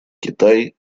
китай